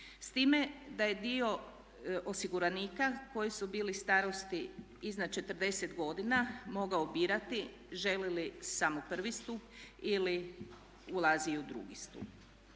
s time da je dio osiguranika koji su bili starosti iznad 40 godina mogao birati želi li samo prvi stup ili ulazi i u drugi.